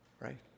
right